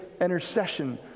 intercession